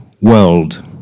world